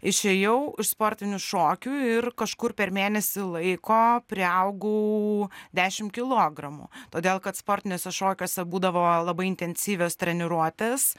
išėjau iš sportinių šokių ir kažkur per mėnesį laiko priaugau dešim kilogramų todėl kad sportiniuose šokiuose būdavo labai intensyvios treniruotės